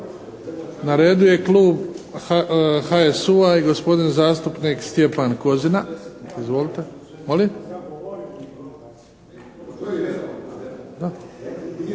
Na redu je klub HSU-a i gospodin zastupnik Stjepan Kozina. Izvolite. Molim?